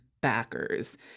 backers